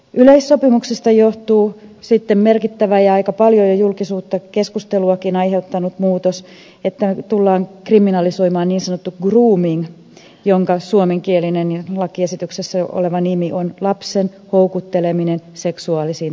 yleissopimuksesta johtuu sitten merkittävä ja aika paljon jo julkisuutta keskusteluakin aiheuttanut muutos että tullaan kriminalisoimaan niin sanottu grooming jonka suomenkielinen ja lakiesityksessä oleva nimi on lapsen houkutteleminen seksuaalisiin tarkoituksiin